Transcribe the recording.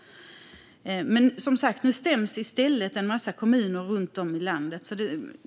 I stället stäms nu som sagt en massa kommuner runt om i landet.